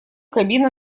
кабина